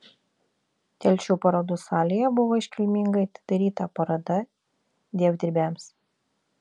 telšių parodų salėje buvo iškilmingai atidaryta paroda dievdirbiams